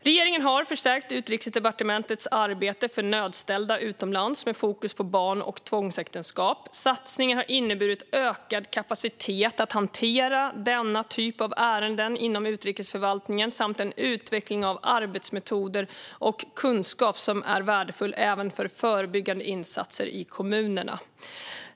Regeringen har förstärkt Utrikesdepartementets arbete för nödställda utomlands med fokus på barn och tvångsäktenskap. Satsningen har inneburit ökad kapacitet att hantera denna typ av ärenden inom utrikesförvaltningen samt en utveckling av arbetsmetoder och kunskap som är värdefull även för förebyggande insatser i kommunerna.